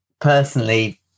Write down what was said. Personally